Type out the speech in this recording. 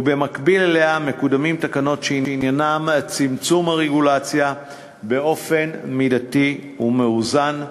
ובמקביל אליה מקודמות תקנות שעניינן צמצום הרגולציה באופן מידתי ומאוזן,